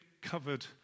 covered